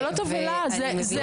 זה לא תבהלה, זה